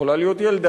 יכולה להיות ילדה,